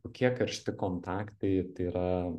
kokie karšti kontaktai tai yra